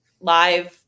live